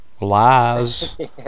lies